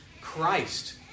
Christ